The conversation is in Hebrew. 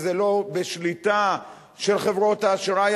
שזה לא בשליטה של חברות האשראי,